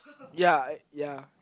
ya ya